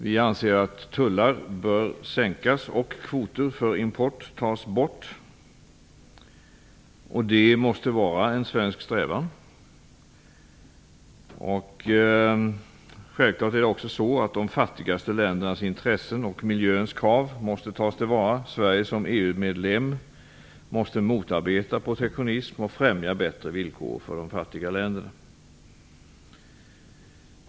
Vi anser att tullar bör sänkas och importkvoter tas bort. Det måste vara en svensk strävan. Självfallet måste de fattigaste ländernas intressen och miljökraven tas till vara. Sverige som EU-medlem måste motarbeta protektionism och främja bättre villkor för de fattiga länderna.